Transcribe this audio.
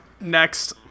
next